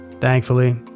Thankfully